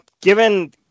given